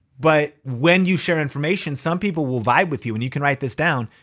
but when you share information, some people will vibe with you. and you can write this down,